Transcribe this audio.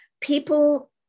people